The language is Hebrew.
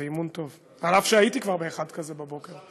זה אימון טוב, אף שהייתי כבר באחד כזה בבוקר.